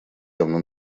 давно